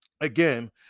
Again